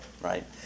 right